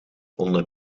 onder